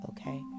Okay